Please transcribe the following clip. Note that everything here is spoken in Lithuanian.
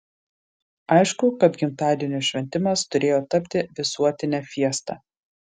aišku kad gimtadienio šventimas turėjo tapti visuotine fiesta